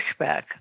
pushback